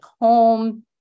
home